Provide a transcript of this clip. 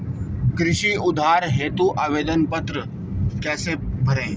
कृषि उधार हेतु आवेदन पत्र कैसे भरें?